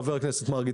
חבר הכנסת מרגי,